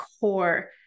core